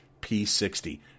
P60